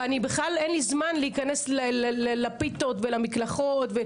בכלל אין לי זמן להיכנס לפיתות ולמקלחות.